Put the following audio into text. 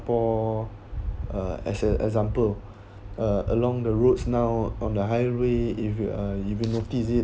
for uh as an example uh along the roads now on the highway if you uh if you noticed it